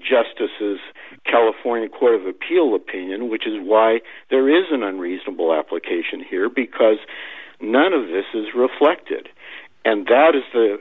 justices california court of appeal opinion which is why there is an unreasonable application here because none of this is reflected and that is the